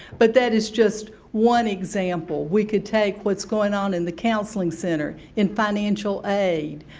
but that is just one example. we could take what's going on in the counseling center, in financial aid,